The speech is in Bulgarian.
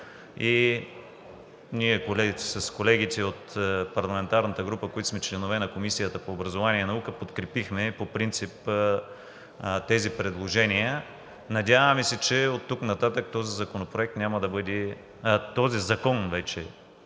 и ние с колегите от парламентарната група, които сме членове на Комисията по образованието и науката, подкрепихме по принцип тези предложения. Надяваме се, че оттук нататък този закон, вече изменен, няма да бъде използван